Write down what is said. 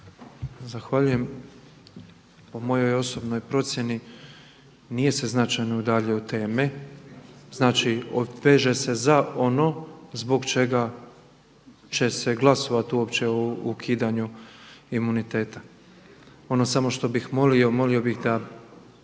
Zahvaljujem. Po mojoj osobnoj procjeni nije se značajno udaljio od teme, znači veže se za ono zbog čega će se glasovati uopće o ukidanju imuniteta. Ono što bih samo molio, molio bih da